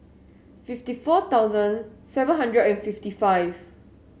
fifty four thousand seven hundred and fifty five